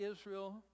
Israel